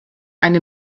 eine